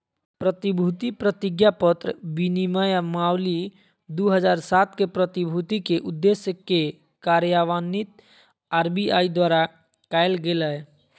प्रतिभूति प्रतिज्ञापत्र विनियमावली दू हज़ार सात के, प्रतिभूति के उद्देश्य के कार्यान्वित आर.बी.आई द्वारा कायल गेलय